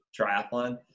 triathlon